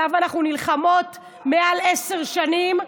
שעליו אנחנו נלחמות מעל עשר שנים,